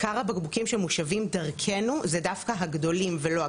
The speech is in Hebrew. עיקר הבקבוקים שמושבים דרכנו זה דווקא הגדולים ולא הקטנים,